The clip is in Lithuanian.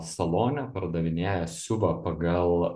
salone pardavinėja siuva pagal